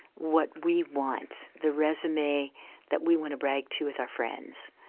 what we want, the resume that we want to brag to with our friends.